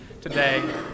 today